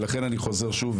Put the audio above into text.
ולכן אני חוזר שוב,